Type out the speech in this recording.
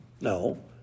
No